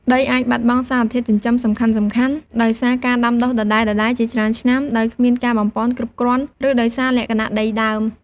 ដីអាចបាត់បង់សារធាតុចិញ្ចឹមសំខាន់ៗដោយសារការដាំដុះដដែលៗជាច្រើនឆ្នាំដោយគ្មានការបំប៉នគ្រប់គ្រាន់ ឬដោយសារលក្ខណៈដីដើម។